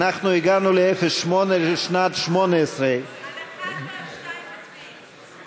הגענו ל-08 לשנת 18'. על 1 ועל 2 מצביעים.